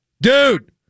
Dude